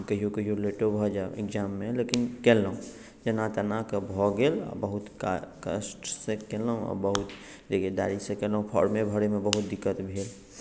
कहियो कहियो लेटो भऽ जाए इग्ज़ैममे लेकिन केलहुँ जेना तेनाके भऽ गेल आ बहुत कष्टसँ केलहुँ आ बहुत दिक्कतदारीसँ केलहुँ फोर्मे भरयमे बहुत दिक्कत भेल